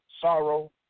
sorrow